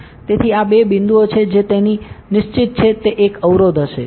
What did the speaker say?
તેથી આ બે બિંદુઓ છે જે તેથી નિશ્ચિત છે તે એક અવરોધ હશે